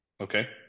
Okay